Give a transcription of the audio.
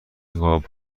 قاب